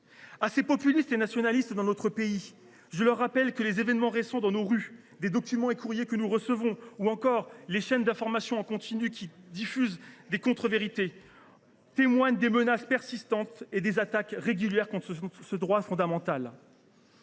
À ces populistes et nationalistes de notre pays, je rappelle que les événements qui se sont récemment déroulés dans nos rues, certains documents et courriers que nous recevons ou encore les chaînes d’information en continu qui diffusent des contre vérités témoignent des menaces persistantes et des attaques régulières contre ce droit fondamental.